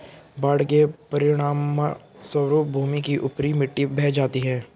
बाढ़ के परिणामस्वरूप भूमि की ऊपरी मिट्टी बह जाती है